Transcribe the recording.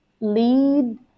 lead